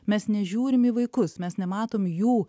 mes nežiūrim į vaikus mes nematom jų